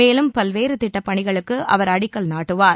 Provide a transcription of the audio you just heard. மேலும் பல்வேறு திட்டப்பணிகளுக்கு அவர் அடிக்கல் நாட்டுவார்